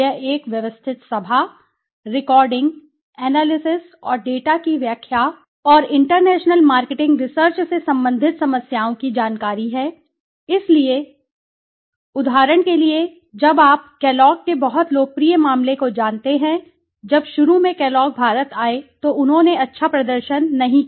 यह एक व्यवस्थित सभा रिकॉर्डिंग एनालिसिस और डेटा की व्याख्या और इंटरनेशनल मार्केटिंग रिसर्च से संबंधित समस्याओं की जानकारी है इसलिए मैं आपको उदाहरण के लिए कई उदाहरण देता हूं जब आप केलॉग के बहुत लोकप्रिय मामले को जानते हैं जब शुरू में केलॉग भारत आए तो उन्होंने अच्छा प्रदर्शन नहीं किया